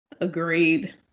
agreed